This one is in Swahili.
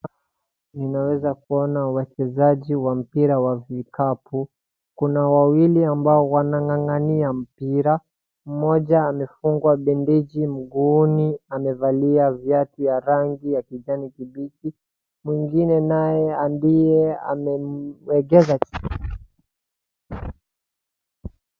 Ninaweza kuona wachezaji wa mpira wa vikapu. Kuna wawili ambao wanang'ang'ania mpira. Mmoja amefungwa bendiji mguuni, amevalia viatu ya rangi ya kijani kibichi. Mwingine naye ndiye amemwegeza.